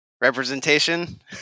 representation